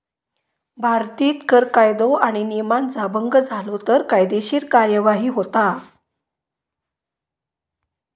भारतीत कर कायदो आणि नियमांचा भंग झालो तर कायदेशीर कार्यवाही होता